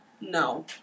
no